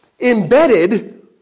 embedded